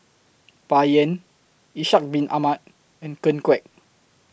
Bai Yan Ishak Bin Ahmad and Ken Kwek